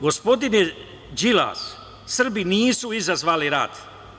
Gospodine Đilas, Srbi nisu izazvali rat.